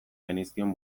genizkion